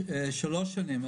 שלוש שנים,